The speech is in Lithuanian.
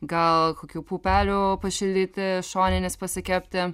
gal kokių pupelių pašildyti šoninės pasikepti